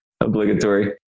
obligatory